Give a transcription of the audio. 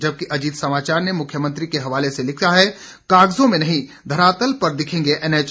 जबकि अजीत समाचार ने मुख्यमंत्री के हवाले से लिखा है कागजों में नहीं घरातल पर दिखेंगे एनएच